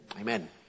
Amen